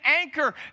anchor